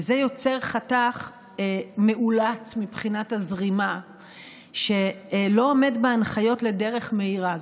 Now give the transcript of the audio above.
וזה יוצר חתך מאולץ מבחינת הזרימה שלא עומד בהנחיות לדרך מהירה.